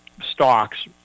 stocks